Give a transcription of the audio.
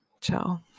ciao